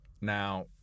Now